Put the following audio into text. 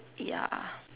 ya